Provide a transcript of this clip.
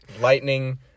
lightning